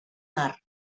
mar